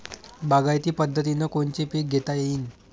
बागायती पद्धतीनं कोनचे पीक घेता येईन?